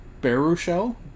Baruchel